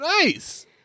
Nice